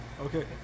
Okay